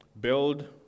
build